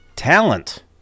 Talent